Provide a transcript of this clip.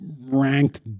Ranked